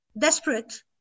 desperate